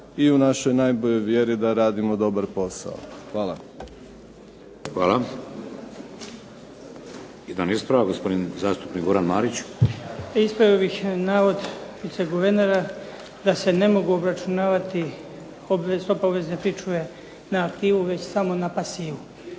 i u našoj najboljoj vjeri da radimo dobar posao. Hvala. **Šeks, Vladimir (HDZ)** Hvala. Jedan ispravak gospodin zastupnik Goran Marić. **Marić, Goran (HDZ)** Ispravio bih navod viceguvernera da se ne mogu obračunavati stope obvezne pričuve na aktivu, već samo na pasivu.